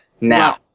Now